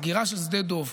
הסגירה של שדה דב,